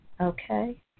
okay